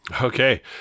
Okay